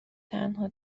تنها